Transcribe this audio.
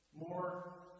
more